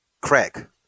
Crack